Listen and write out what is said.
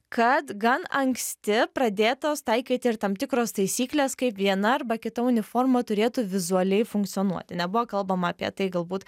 kad gan anksti pradėtos taikyti ir tam tikros taisyklės kaip viena arba kita uniforma turėtų vizualiai funkcionuoti nebuvo kalbama apie tai galbūt